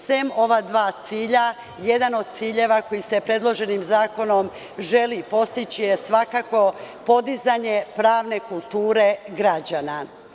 Sem ova dva cilja, jedan od ciljeva koji se predloženim zakonom želi postići je svakako podizanje pravne kulture građana.